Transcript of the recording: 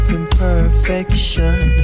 imperfection